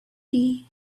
tea